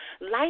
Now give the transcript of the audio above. Life